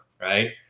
Right